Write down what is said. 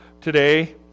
today